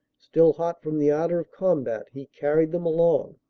still hot from the ardor of combat, he carried them along,